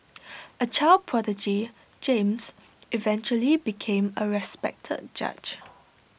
A child prodigy James eventually became A respected judge